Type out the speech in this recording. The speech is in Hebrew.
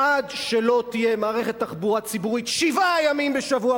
עד שלא תהיה מערכת תחבורה ציבורית שבעה ימים בשבוע,